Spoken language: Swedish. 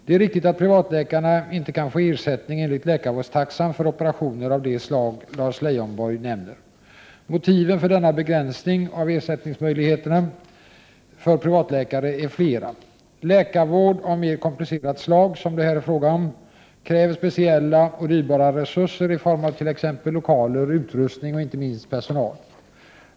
Det är riktigt att privatläkarna inte kan få ersättning enligt läkarvårdstaxan för operationer av det slag Lars Leijonborg nämner. Motiven för denna begränsning av ersättningsmöjligheterna för privatläkare är flera. Läkarvård av mer komplicerat slag som det här är fråga om kräver speciella och dyrbara resurser i form av t.ex. lokaler, utrustning och inte minst personal.